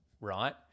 right